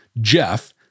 Jeff